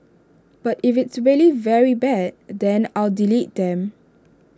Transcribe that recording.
but if it's really very bad then I'll delete them